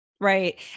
Right